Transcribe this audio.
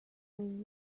mean